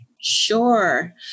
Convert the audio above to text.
Sure